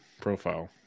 profile